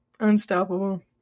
Unstoppable